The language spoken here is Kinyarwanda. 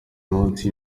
munsi